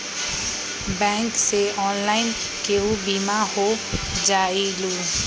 Bank से online केहु बिमा हो जाईलु?